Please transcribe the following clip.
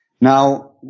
Now